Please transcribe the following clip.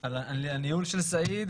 על הניהול של סעיד.